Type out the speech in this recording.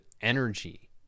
energy